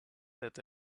that